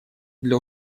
для